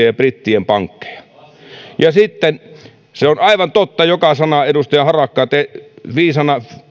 ja brittien pankkeja se on aivan totta joka sana edustaja harakka te viisaana